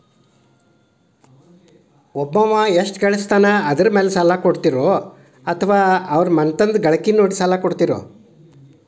ಒಬ್ಬವ ಎಷ್ಟ ಗಳಿಸ್ತಾನ ಅದರ ಮೇಲೆ ಸಾಲ ಕೊಡ್ತೇರಿ ಅಥವಾ ಅವರ ಮನಿತನದ ಗಳಿಕಿ ನೋಡಿ ಸಾಲ ಕೊಡ್ತಿರೋ?